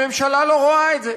הממשלה לא רואה את זה,